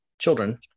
children